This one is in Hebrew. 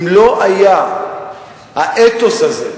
אם לא היה האתוס הזה,